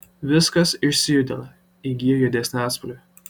viskas išsijudina įgyja juodesnį atspalvį